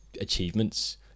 achievements